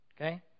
Okay